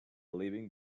living